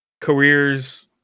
careers